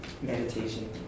meditation